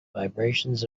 vibrations